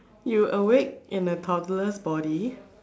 you awake in a toddler's body